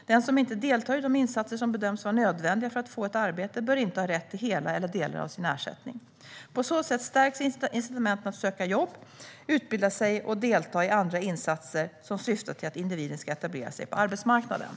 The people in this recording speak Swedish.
Den som inte deltar i de insatser som bedöms vara nödvändiga för att få ett arbete bör inte ha rätt till hela eller delar av sin ersättning. På så sätt stärks incitamenten att söka jobb, utbilda sig och delta i andra insatser som syftar till att individen ska etablera sig på arbetsmarknaden.